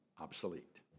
obsolete